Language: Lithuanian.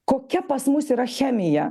kokia pas mus yra chemija